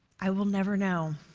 i will never know,